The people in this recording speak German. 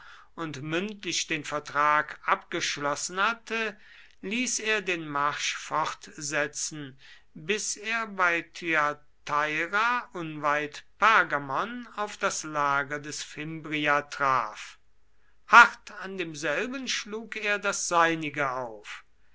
und mündlich den vertrag abgeschlossen hatte ließ er den marsch fortsetzen bis er bei thyateira unweit pergamon auf das lager des fimbria traf hart an demselben schlug er das seinige auf